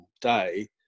day